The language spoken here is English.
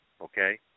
Okay